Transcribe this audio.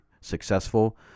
successful